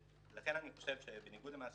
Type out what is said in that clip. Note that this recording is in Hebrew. לכן, אני חושב, בניגוד למה